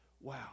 wow